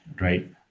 Right